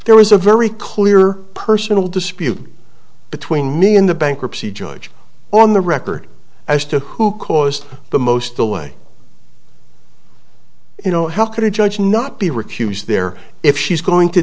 there was a very clear personal dispute between me and the bankruptcy judge on the record as to who caused the most delay you know how could a judge not be recused there if she's going to